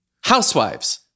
housewives